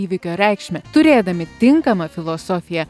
įvykio reikšmę turėdami tinkamą filosofiją